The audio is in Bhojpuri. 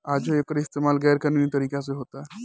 आजो एकर इस्तमाल गैर कानूनी तरीका से होता